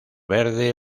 verde